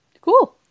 Cool